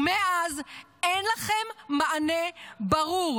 ומאז אין לכם מענה ברור: